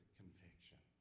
conviction